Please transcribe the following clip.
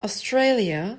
australia